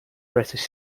british